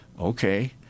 okay